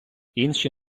інші